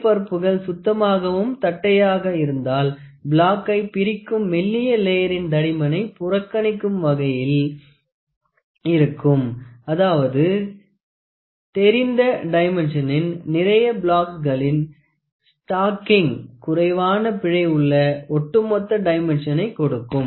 மேற்பரப்புகள் சுத்தமாகவும் தட்டையாக இருந்தால் பிளாக்கை பிறிக்கும் மெல்லிய லேயறின் தடிமனை புறக்கணிக்கும் வகையில் இருக்கும் அதாவது தெரிந்த டைம்மென்ஷினின் நிறைய பிளாக்ஸ்களின் ஸ்டாக்கிங் குறைவான பிழை உள்ள ஒட்டுமொத்த டைம்மென்ஷனை கொடுக்கும்